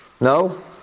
No